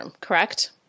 Correct